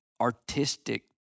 artistic